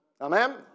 Amen